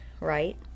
right